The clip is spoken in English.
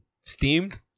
steamed